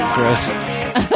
Gross